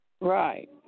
Right